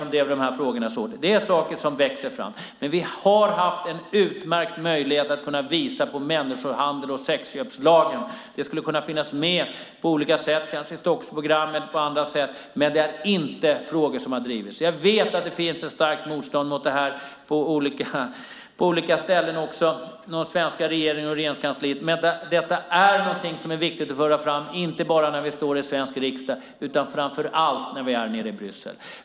Det är saker som växer fram. Men vi har haft en utmärkt möjlighet att visa på sambandet mellan människohandel och sexköpslagen. Det skulle kunna finnas med på olika sätt, kanske i Stockholmsprogrammet eller på andra sätt, men detta är inte frågor som har drivits. Jag vet att det finns ett starkt motstånd mot detta på olika ställen, också inom den svenska regeringen och i Regeringskansliet, men detta är något som är viktigt att föra fram, inte bara när vi står i den svenska riksdagen utan framför allt när vi är nere i Bryssel.